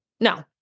No